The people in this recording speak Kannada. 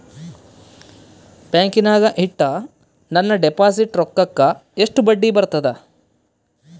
ಬ್ಯಾಂಕಿನಾಗ ಇಟ್ಟ ನನ್ನ ಡಿಪಾಸಿಟ್ ರೊಕ್ಕಕ್ಕ ಎಷ್ಟು ಬಡ್ಡಿ ಬರ್ತದ?